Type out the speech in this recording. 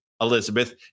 Elizabeth